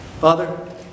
father